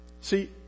See